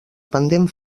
pendent